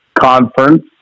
Conference